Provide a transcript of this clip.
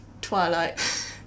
Twilight